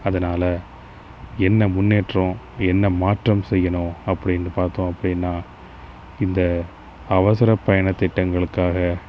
அதனால் என்ன முன்னேற்றம் என்ன மாற்றம் செய்யணும் அப்படின்னு பார்த்தோம் அப்படின்னா இந்த அவசரப் பயணத் திட்டங்களுக்காக